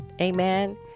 Amen